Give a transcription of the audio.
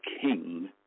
king